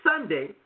Sunday